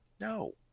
no